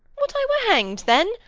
would i were hang'd then?